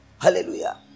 Hallelujah